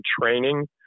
training